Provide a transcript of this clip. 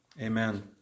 Amen